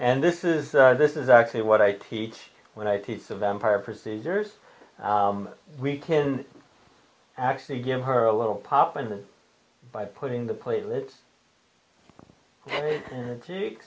and this is this is actually what i teach when i teach the vampire procedures we can actually give her a little pop and that by putting the platelets